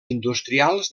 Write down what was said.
industrials